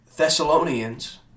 Thessalonians